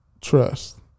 trust